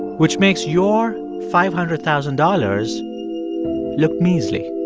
which makes your five hundred thousand dollars look measly